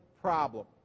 problem